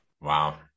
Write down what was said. Wow